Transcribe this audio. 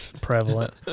prevalent